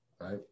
right